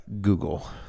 Google